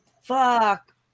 Fuck